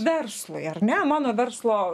verslui ar ne mano verslo